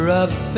up